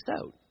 out